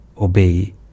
obey